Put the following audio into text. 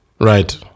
Right